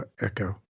echo